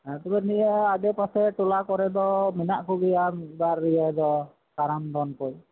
ᱛᱚᱵᱮ ᱱᱤᱭᱟᱹ ᱟᱰᱮ ᱯᱟᱥᱮ ᱴᱚᱞᱟ ᱠᱚᱨᱮ ᱫᱚ ᱢᱮᱱᱟᱜ ᱠᱚᱜᱮᱭᱟ ᱢᱤᱫ ᱵᱟᱨ ᱤᱭᱟᱹ ᱫᱚ ᱠᱟᱨᱟᱢ ᱫᱚᱱ ᱠᱚᱡ